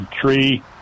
tree